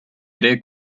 ere